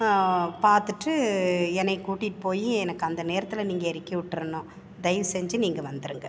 பார்த்துட்டு என்னை கூட்டிகிட்டு போய் எனக்கு அந்த நேரத்தில் நீங்கள் இறக்கி விட்றணும் தயவு செஞ்சு நீங்கள் வந்துடுங்க